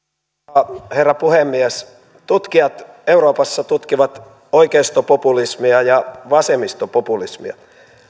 arvoisa herra puhemies tutkijat euroopassa tutkivat oikeistopopulismia ja vasemmistopopulismia